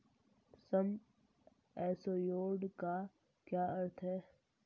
सम assured का क्या अर्थ है?